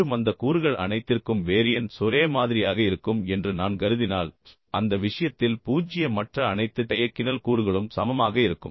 மீண்டும் அந்த கூறுகள் அனைத்திற்கும் வேரியன்ஸ் ஒரே மாதிரியாக இருக்கும் என்று நான் கருதினால் அந்த விஷயத்தில் பூஜ்ஜியமற்ற அனைத்து டையக்கினல் கூறுகளும் சமமாக இருக்கும்